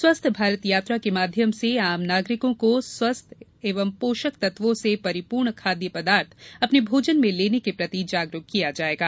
स्वस्थ भारत यात्रा के माध्यम से आम नागरिकों को स्वस्थ्य एवं पोषक तत्वों से परिपूर्ण खाद्य पदार्थ अपने भोजन में लेने के प्रति जागरूक किया जाएगा